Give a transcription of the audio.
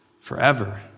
forever